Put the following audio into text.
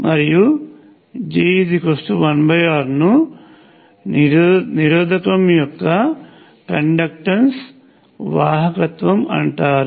మరియు G1R ను నిరోధకం యొక్క కండక్టన్స్ వాహకత్వం అంటారు